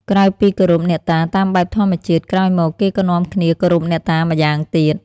ក្រៅពីគោរពអ្នកតាតាមបែបធម្មជាតិ ក្រោយមកគេក៏នាំគ្នាគោរពអ្នកតាម្យ៉ាងទៀត។